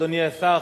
אדוני השר,